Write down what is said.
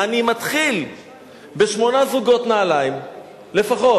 אני מתחיל בשמונה זוגות נעליים לפחות.